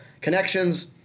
connections